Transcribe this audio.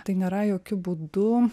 tai nėra jokiu būdu